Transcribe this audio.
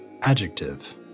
adjective